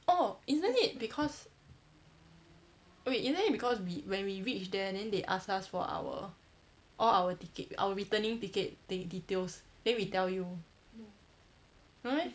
oh isn't it because wait isn't it because we when we reach there then they ask us for our all our ticket our returning ticket ti~ details then we tell you no meh